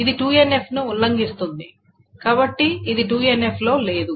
ఇది 2NF ని ఉల్లంఘిస్తుంది కాబట్టి ఇది 2NF లో లేదు